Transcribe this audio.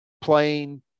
playing